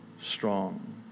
strong